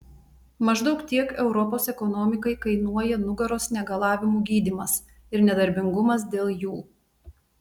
maždaug tiek europos ekonomikai kainuoja nugaros negalavimų gydymas ir nedarbingumas dėl jų